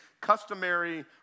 customary